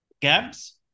gab's